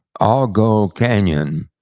all go canyon.